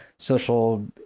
social